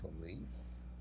police